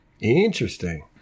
Interesting